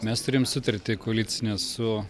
mes turim sutartį koalicinę su